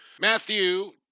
Matthew